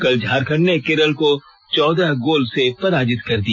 कल झारखंड ने केरल को चौदह गोल से पराजित कर दिया